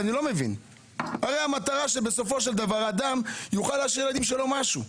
הרי המטרה שבסופו של דבר אדם יוכל להשאיר לילדים שלו משהו.